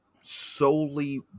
solely